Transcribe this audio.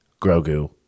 Grogu